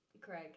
Craig